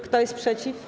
Kto jest przeciw?